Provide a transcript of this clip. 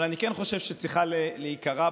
אבל אני כן חושב שצריכה להיאמר